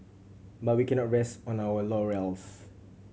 but we cannot rest on our laurels